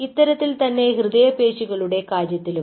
ഇത്തരത്തിൽ തന്നെ ഹൃദയപേശികളുടെ കാര്യത്തിലും